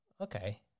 okay